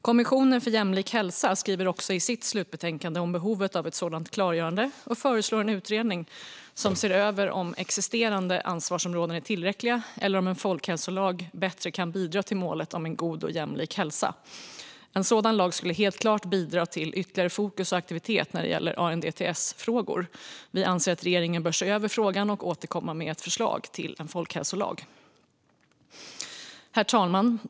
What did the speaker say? Kommissionen för jämlik hälsa skriver också i sitt slutbetänkande om behovet av ett sådant klargörande och föreslår en utredning som ser över om existerande ansvarsområden är tillräckliga eller om en folkhälsolag bättre kan bidra till målet om en god och jämlik hälsa. En sådan lag skulle helt klart bidra till ytterligare fokus och aktivitet när det gäller ANDTS-frågor. Vi anser att regeringen bör se över frågan och återkomma med ett förslag till en folkhälsolag. Herr talman!